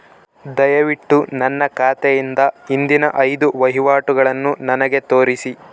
ದಯವಿಟ್ಟು ನನ್ನ ಖಾತೆಯಿಂದ ಹಿಂದಿನ ಐದು ವಹಿವಾಟುಗಳನ್ನು ನನಗೆ ತೋರಿಸಿ